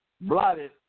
blotted